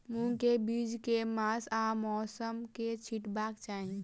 मूंग केँ बीज केँ मास आ मौसम मे छिटबाक चाहि?